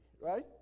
right